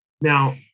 Now